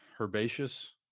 herbaceous